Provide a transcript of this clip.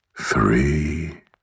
three